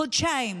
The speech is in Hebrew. חודשיים.